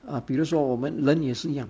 uh 比如说我们人也是是一样